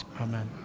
Amen